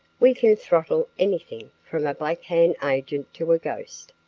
we can throttle anything from a black-hand agent to a ghost.